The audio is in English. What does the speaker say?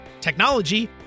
technology